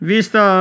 Vista